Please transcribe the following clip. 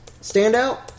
standout